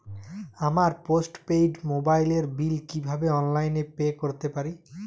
আমার postpaid মোবাইলের bill কীভাবে অনলাইনে পে করতে পারি?